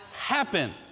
happen